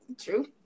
True